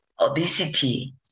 obesity